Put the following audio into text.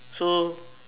so